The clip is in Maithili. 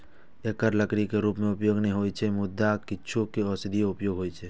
एकर लकड़ी के रूप मे उपयोग नै होइ छै, मुदा किछु के औषधीय उपयोग होइ छै